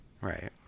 Right